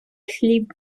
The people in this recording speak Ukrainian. хліб